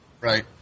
Right